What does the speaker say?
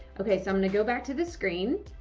okay, so i'm going to go back to the screen.